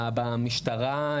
במשטרה,